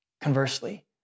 Conversely